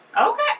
Okay